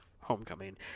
Homecoming